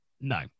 No